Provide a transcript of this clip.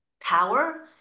power